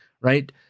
right